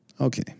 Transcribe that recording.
okay